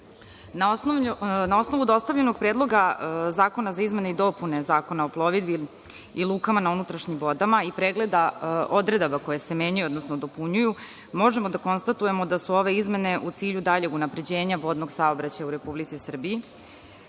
osnovu dostavljenog Predloga zakona za izmene i dopune Zakona o plovidbi i lukama na unutrašnjim vodama i pregleda odredaba koje se menjaju, odnosno dopunjuju, možemo da konstatujemo da su ove izmene u cilju daljeg unapređenja vodnog saobraćaja u Republici Srbiji.